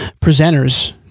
presenters